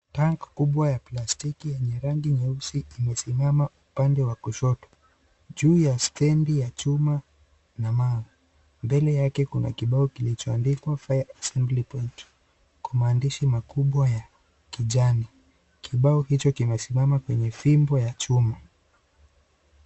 Tanki kubwa ya plastiki yenye rangi nyeusi imesimama upande wa kushoto juu ya standi ya chuma na mawe ,mbele yake kuna kibao kilichoandikwa(CS) fire assembly point (CS)kwa maandishi makubwa ya kijani, kibao hicho limesimama kwenye fimbo ya chuma.